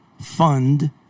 fund